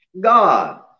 God